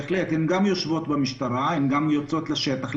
הן גם יוצאות לשטח,